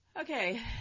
Okay